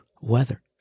weather